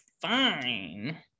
fine